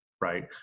Right